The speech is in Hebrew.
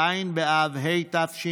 ז' באב התשפ"ב,